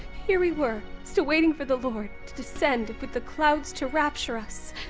here we were still waiting for the lord to descend with the clouds to rapture us.